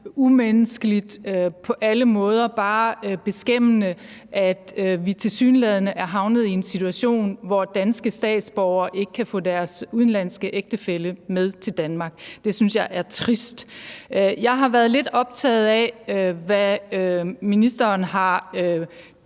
umenneskeligt, på alle måder bare beskæmmende, at vi tilsyneladende er havnet i en situation, hvor danske statsborgere ikke kan få deres udenlandske ægtefælle med til Danmark. Det synes jeg er trist. Jeg har været lidt optaget af, hvad ministeren har